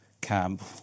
camp